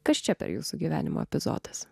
kas čia per jūsų gyvenimo epizodas